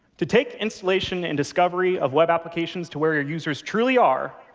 to take installation and discovery of web applications to where your users truly are,